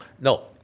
no